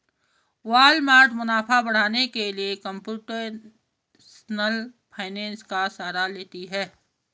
Walmart मुनाफा बढ़ाने के लिए कंप्यूटेशनल फाइनेंस का सहारा लेती है